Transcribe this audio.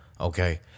okay